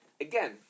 Again